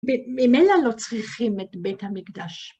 ממילא לא צריכים את בית המקדש.